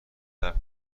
صبر